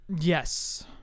Yes